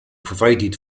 provided